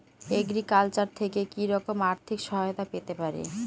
Agriculture থেকে কি রকম আর্থিক সহায়তা পেতে পারি?